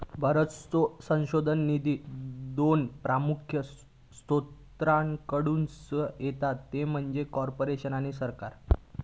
बरोचसो संशोधन निधी दोन प्रमुख स्त्रोतांकडसून येता ते म्हणजे कॉर्पोरेशन आणि सरकार